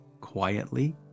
quietly